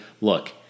look